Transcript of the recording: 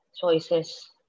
choices